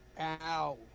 ow